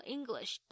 English